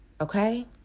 Okay